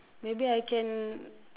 maybe I can